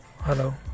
hello